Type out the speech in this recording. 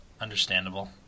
Understandable